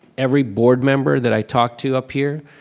every board member that i talk to up here,